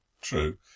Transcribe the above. True